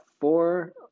four